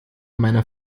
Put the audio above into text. meiner